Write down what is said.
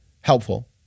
helpful